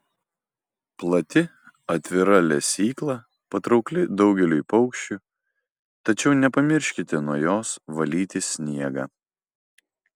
plati atvira lesykla patraukli daugeliui paukščių tačiau nepamirškite nuo jos valyti sniegą